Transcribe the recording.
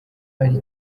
ari